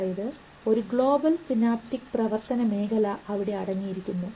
അതായത് ഒരു global synaptic പ്രവർത്തനമേഖല അവിടെ അടങ്ങിയിരിക്കുന്നു